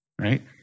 right